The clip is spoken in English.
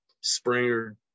Springer